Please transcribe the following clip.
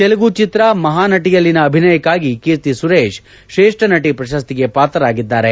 ತೆಲುಗು ಚಿತ್ರ ಮಹಾನಟಯಲ್ಲಿನ ಅಭಿನಯಕ್ಕಾಗಿ ಕೀರ್ತಿ ಸುರೇಶ್ ಶ್ರೇಷ್ಠ ನಟ ಪ್ರಶಸ್ತಿಗೆ ಪಾತ್ರರಾಗಿದ್ದಾರೆ